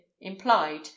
implied